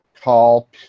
call